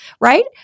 right